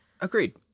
Agreed